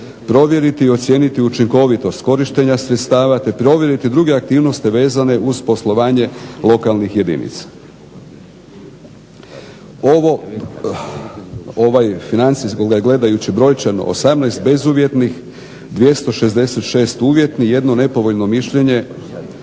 provjeriti i ocijeniti učinkovitost korištenja sredstava, te provjeriti druge aktivnosti vezane uz poslovanje lokalnih jedinica. Ovaj gledajući brojčano 18 bezuvjetnih, 266 uvjetnih, 1 nepovoljno mišljenje